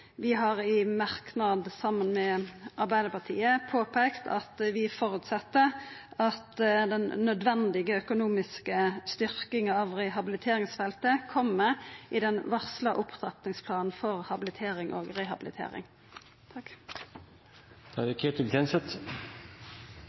Vi har i merknad saman med Arbeidarpartiet påpeikt at vi føreset at den nødvendige økonomiske styrkinga av rehabiliteringsfeltet kjem i den varsla opptrappingsplanen for habilitering og rehabilitering.